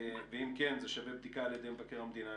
ואם כן, זה שווה בדיקה על ידי מבקר המדינה.